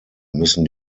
müssen